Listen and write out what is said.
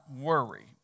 worry